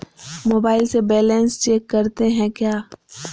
Mobile से balance check करते हैं क्या?